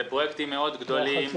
מדובר בפרויקטים מאוד גדולים,